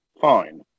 fine